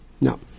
no